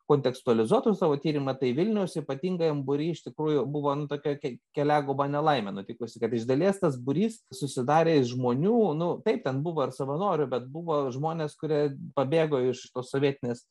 kontekstualizuotų savo tyrimą tai vilniaus ypatingajam būry iš tikrųjų buvo nu tokia ke keliaguba nelaimė nutikusi kad iš dalies tas būrys susidarė iš žmonių nu taip ten buvo ir savanorių bet buvo žmonės kurie pabėgo iš sovietinės